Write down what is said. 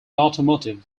automotive